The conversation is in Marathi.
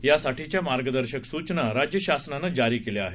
यासाठीच्या मार्गदर्शक सूचना राज्य शासनानं जारी केल्या आहेत